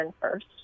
first